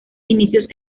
inicios